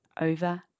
over